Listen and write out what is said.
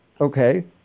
Okay